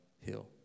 Hill